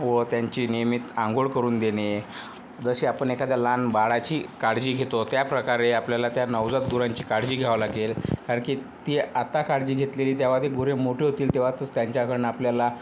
व त्यांची नियमित अंघोळ करून देणे जशी आपण एखाद्या लहान बाळाची काळजी घेतो त्याप्रकारे आपल्याला त्या नवजात गुरांची काळजी घ्यावं लागेल कारण की ती आता काळजी घेतलेली तेव्हा ते गुरे मोठे होतील तेव्हा तच त्यांच्याकडनं आपल्याला